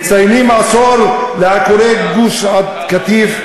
מציינים עשור לעקורי גוש-קטיף.